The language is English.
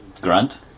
Grant